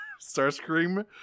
starscream